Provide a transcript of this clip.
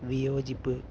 വിയോജിപ്പ്